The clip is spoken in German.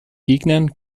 gegnern